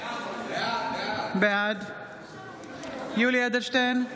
בעד יולי יואל אדלשטיין,